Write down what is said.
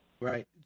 Right